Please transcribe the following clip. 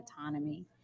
autonomy